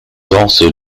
also